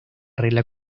regla